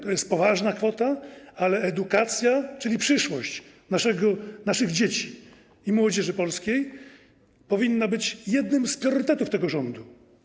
To jest poważna kwota, ale edukacja, czyli przyszłość naszych dzieci i młodzieży polskiej, powinna być jednym z priorytetów tego rządu.